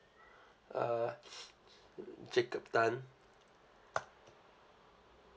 uh jacob tan